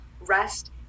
Rest